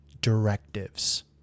directives